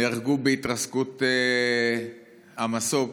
נהרגו בהתרסקות המסוק